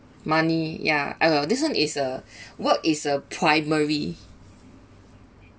money yeah ah well this one is uh work is a primary